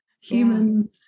human